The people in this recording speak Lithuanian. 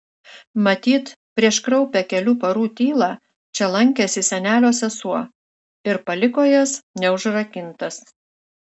matyt prieš kraupią kelių parų tylą čia lankėsi senelio sesuo ir paliko jas neužrakintas